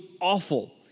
awful